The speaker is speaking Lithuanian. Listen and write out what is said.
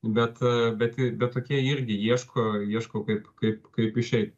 bet bet bet tokie irgi ieško ieško kaip kaip kaip išeit